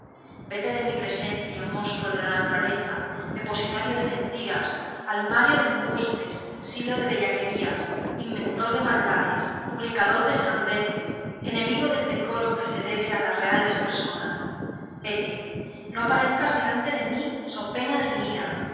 vete de mi presencia monstruo de naturaleza depositario de mentiras almario de embustes silo de bellaquerías inventor de maldades publicador de sandeces enemigo del decoro que se debe a las reales personas vete no parezcas delante de mí so pena de mi